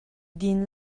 din